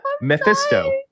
Mephisto